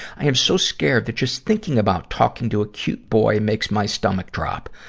i am so scared that just thinking about talking to a cute boy makes my stomach drop.